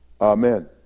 Amen